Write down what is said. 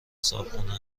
صاحبخونه